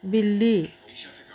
बिल्ली